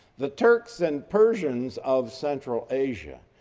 the turks and persians of central asia,